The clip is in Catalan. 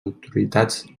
autoritats